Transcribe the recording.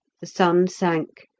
the sun sank,